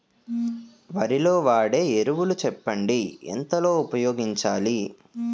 వరిలో వాడే ఎరువులు చెప్పండి? ఎంత లో ఉపయోగించాలీ?